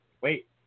Wait